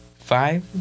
five